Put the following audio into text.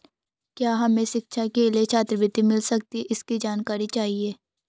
क्या हमें शिक्षा के लिए छात्रवृत्ति मिल सकती है इसकी जानकारी चाहिए?